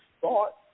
thought